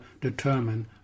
determine